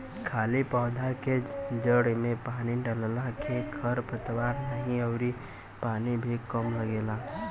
खाली पौधा के जड़ में पानी डालला के खर पतवार नाही अउरी पानी भी कम लगेला